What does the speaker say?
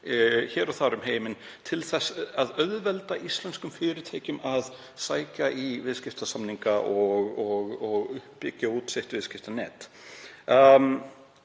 hér og þar um heiminn til að auðvelda íslenskum fyrirtækjum að sækja í viðskiptasamninga og byggja upp sitt viðskiptanet.